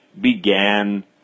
began